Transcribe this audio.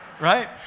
right